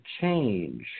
change